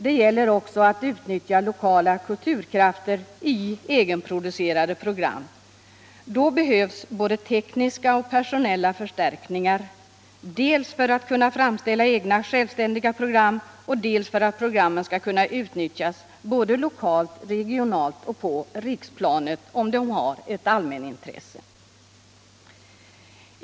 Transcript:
Det gäller också att utnyttja lokala kulturkrafter i egenproducerade program. Då behövs både tekniska och personella förstärkningar, dels för att kunna framställa egna självständiga program, dels för att programmen skall kunna utnyttjas både lokalt, regionalt och på riksplanet, om de har ett allmänt intresse.